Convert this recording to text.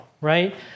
right